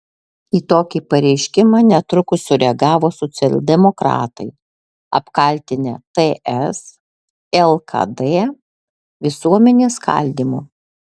į tokį pareiškimą netrukus sureagavo socialdemokratai apkaltinę ts lkd visuomenės skaldymu